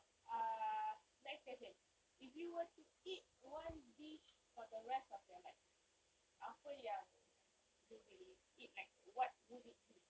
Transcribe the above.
uh next question if you were to eat one dish for the rest of your life apa yang you will eat like what would it be